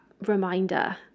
reminder